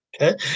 Okay